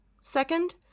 Second